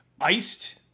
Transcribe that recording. iced